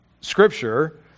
Scripture